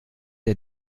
der